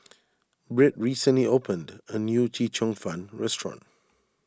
Britt recently opened a new Chee Cheong Fun restaurant